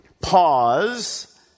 pause